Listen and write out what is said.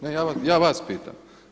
Ne, ja vas pitam.